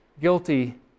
guilty